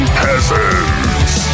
peasants